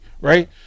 right